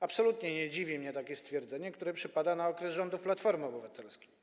Absolutnie nie dziwi mnie takie stwierdzenie, które dotyczy okresu rządów Platformy Obywatelskiej.